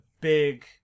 big